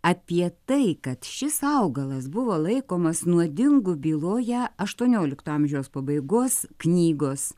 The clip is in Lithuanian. apie tai kad šis augalas buvo laikomas nuodingu byloja aštuoniolikto amžiaus pabaigos knygos